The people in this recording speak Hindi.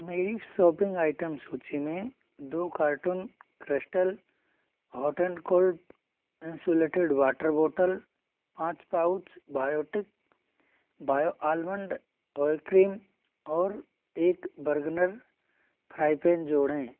मेरी शॉपिंग आइटम सूची में दो carton crystal hot and cold insulated water bottle पाँच pouch Biotique bio almond oil cream और एक बर्गनर फ्राई पैन जोड़ें